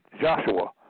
Joshua